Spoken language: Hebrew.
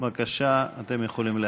בבקשה, אתם יכולים להצביע.